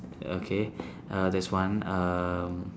okay uh that's one um